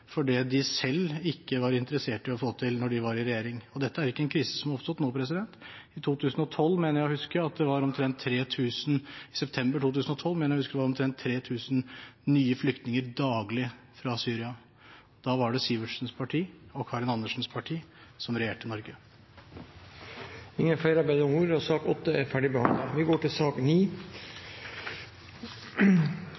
for det de selv ikke var interessert i å få til da de var i regjering. Dette er ikke en krise som har oppstått nå. I september 2012 mener jeg å huske at det kom omtrent 3 000 nye flyktninger daglig fra Syria. Da var det Sivertsens parti og Karin Andersens parti som regjerte Norge. Flere har ikke bedt om ordet til sak nr. 8. Etter ønske fra arbeids- og sosialkomiteen vil presidenten foreslå at debatten blir begrenset til